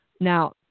Now